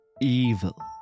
evil